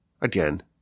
Again